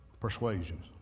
persuasions